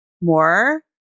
more